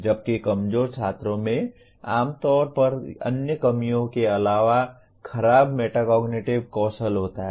जबकि कमजोर छात्रों में आमतौर पर अन्य कमियों के अलावा खराब मेटाकोग्निटिव कौशल होता है